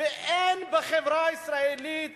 אין בחברה הישראלית